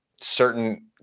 Certain